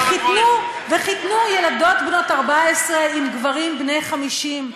וחיתנו ילדות בנות 14 עם גברים בני 50,